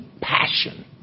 passion